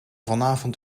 vanavond